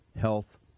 health